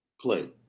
play